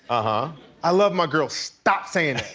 ah i love my girls. stop saying